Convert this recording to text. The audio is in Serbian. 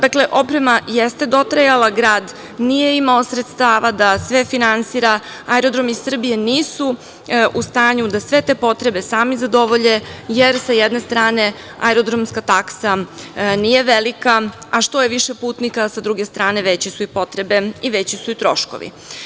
Dakle, oprema jeste dotrajala, grad nije imao sredstava da sve finansira, Aerodromi Srbije nisu u stanju da sve te potrebe sami zadovolje, jer sa jedne strane aerodromska taksa nije velika, a što je više putnika, sa druge strane, veće su i potrebe i veći su i troškovi.